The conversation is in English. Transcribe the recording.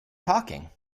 talking